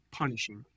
punishing